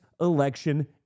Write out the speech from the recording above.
election